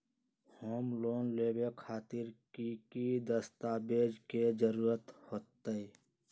Home loan लेबे खातिर की की दस्तावेज के जरूरत होतई?